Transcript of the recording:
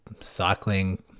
cycling